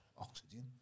oxygen